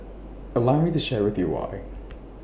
allow me to share with you why